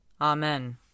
Amen